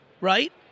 right